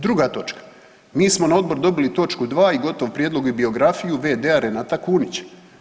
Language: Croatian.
Druga točka, mi smo na odbor dobili točku 2 i gotov prijedlog i biografiju v.d.-a Renata Kunića.